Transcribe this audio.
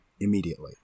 immediately